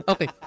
Okay